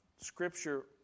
Scripture